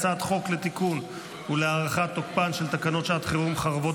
חוק לתיקון ולהארכת תוקפן של תקנות שעת חירום (חרבות